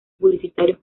publicitarios